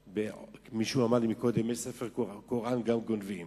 מישהו אמר לי קודם: ספר קוראן גם גונבים.